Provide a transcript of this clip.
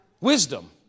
Wisdom